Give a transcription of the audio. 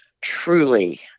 truly